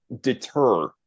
deter